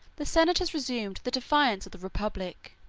the senators resumed the defence of the republic,